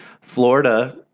Florida